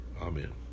amen